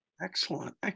Excellent